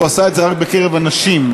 זה רק הנשים.